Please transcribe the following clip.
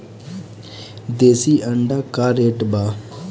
देशी अंडा का रेट बा?